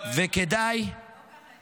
זה לא היה נראה ככה.